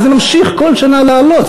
וזה ממשיך כל שנה לעלות,